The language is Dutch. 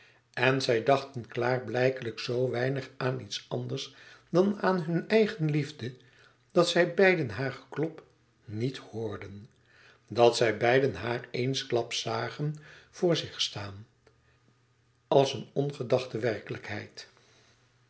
en zij dachten klaarblijkelijk zoo weinig aan iets anders dan hun eigen liefde dat zij beiden haar klop niet hoorden dat zij beiden haar eensklaps zagen vor zich staan als een ongedachte werkelijkheid